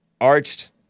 arched